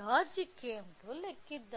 logic ఏమిటో లెక్కిద్దాం